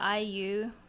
iu